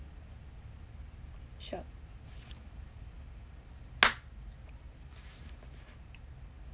sure